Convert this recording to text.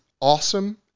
awesome